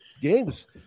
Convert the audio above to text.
games